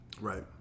Right